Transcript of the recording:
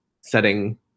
setting